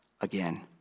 again